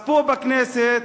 פה, בכנסת,